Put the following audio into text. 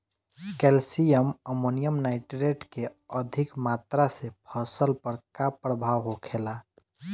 Calcium ammonium nitrate के अधिक मात्रा से फसल पर का प्रभाव होखेला?